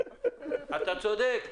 אתה צודק.